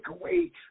away